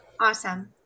Awesome